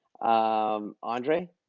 Andre